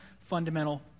fundamental